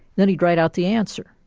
then he'd write out the answer.